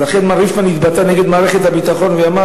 לכן מר ריפמן התבטא נגד מערכת הביטחון ואמר